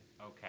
Okay